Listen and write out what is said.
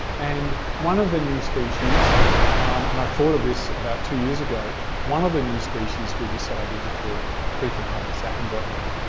and one of the new species and i thought of this about two years ago one of the new species we decided to call prethopalpus attenboroughi.